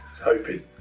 Hoping